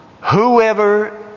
Whoever